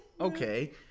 okay